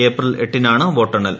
April എട്ടിനാണ് വോട്ടെണ്ണൽ